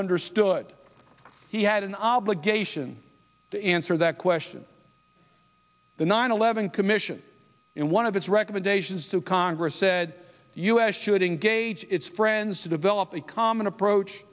understood he had an obligation to answer that question the nine eleven commission in one of its recommendations to congress said the u s should engage its friends to develop a common approach